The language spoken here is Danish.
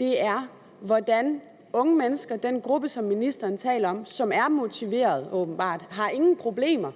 den gruppe af unge mennesker, som ministeren taler om. De er åbenbart motiverede, har ikke nogen problemer,